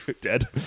Dead